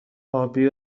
آبی